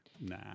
Nah